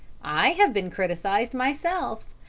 i have been criticised myself.